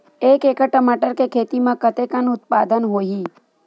एक एकड़ टमाटर के खेती म कतेकन उत्पादन होही?